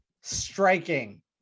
Striking